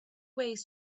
ways